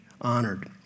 honored